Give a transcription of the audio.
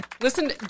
Listen